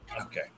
Okay